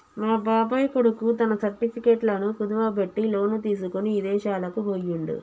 మా బాబాయ్ కొడుకు తన సర్టిఫికెట్లను కుదువబెట్టి లోను తీసుకొని ఇదేశాలకు బొయ్యిండు